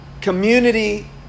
Community